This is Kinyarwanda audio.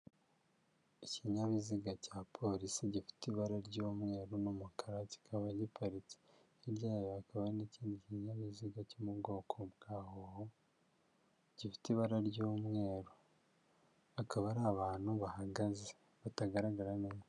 Ikinyabiziga cya polisi gifite ibara ry'umweru n'umukara kikaba giparitse. Hirya yayo hakaba hari n'ikindi kinyabiziga cyo mu bwoko bwa hoho gifite ibara ry'umweru. Hakaba ari abantu bahagaze batagaragara neza.